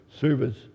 service